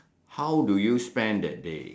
how do you spend that day